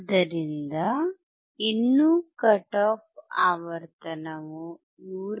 ಆದ್ದರಿಂದ ಇನ್ನೂ cut off ಆವರ್ತನವು 159